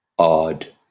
Odd